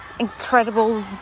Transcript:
incredible